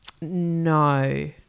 No